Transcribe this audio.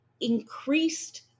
increased